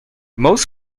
most